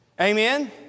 Amen